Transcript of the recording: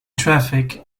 traffic